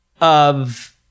of-